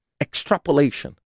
extrapolation